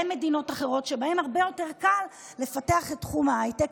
למדינות אחרות שבהן הרבה יותר קל לפתח את תחום ההייטק,